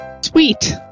Sweet